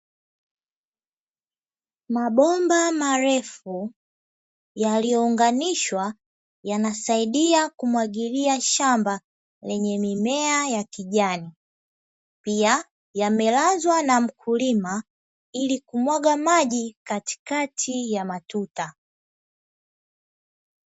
Mabomba marefu yaliyounganishwa, yanasaidia kumwagilia shamba lenye mimea ya kijani, pia yamelazwa na mkulima ili kumwaga maji katikati ya matuta.